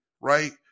right